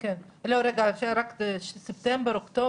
לא, רגע, ספטמבר-אוקטובר?